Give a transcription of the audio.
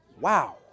Wow